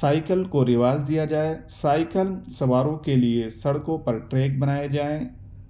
cycle کو رواج دیا جائے سائیکل سواروں کے لیے سڑکوں پر ٹریک بنائیں جائیں